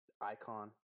icon